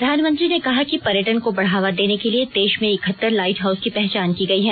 प्रधानमंत्री ने कहा कि पर्यटन को बढावा देने के लिए देश में इकहत्तर लाईट हाउस की पहचान की गयी है